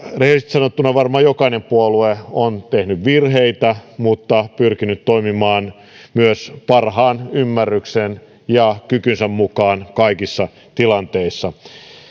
sanottuna varmaan jokainen puolue on tehnyt virheitä mutta pyrkinyt toimimaan myös parhaan ymmärryksensä ja kykynsä mukaan kaikissa tilanteissa